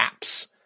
apps